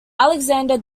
alexander